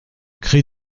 crie